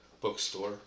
bookstore